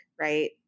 right